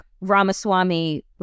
Ramaswamy